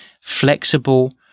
Flexible